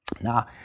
Now